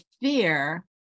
fear